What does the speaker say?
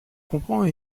comprend